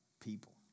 people